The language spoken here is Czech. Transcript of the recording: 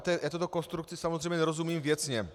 Já této konstrukci samozřejmě nerozumím věcně.